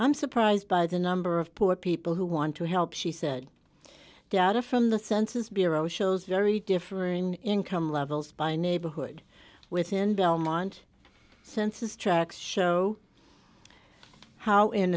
i'm surprised by the number of poor people who want to help she said data from the census bureau shows very differing income levels by neighborhood within belmont census tracks show how in